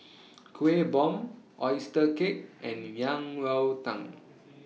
Kuih Bom Oyster Cake and Yang Rou Tang